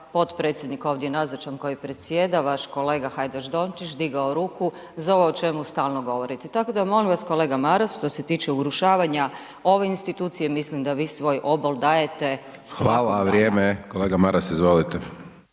potpredsjednik ovdje nazočan koji predsjeda vaš kolega Hajdaš Dončić digao ruku za ovo o čemu stalno govorite, tako da molim vas kolega Maras što se tiče urušavanja ove institucije, mislim da vi svoj obol dajete …/Upadica: Hvala,